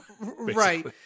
right